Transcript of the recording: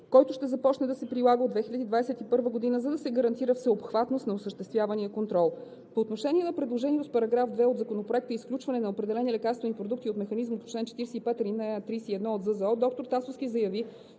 който ще започне да се прилага от 2021 г., за да се гарантира всеобхватност на осъществявания контрол. По отношение на предложеното с § 2 от Законопроекта изключване на определени лекарствени продукти от механизма по чл. 45, ал. 31 от Закона за